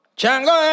Chango